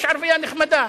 יש ערבייה נחמדה,